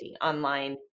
online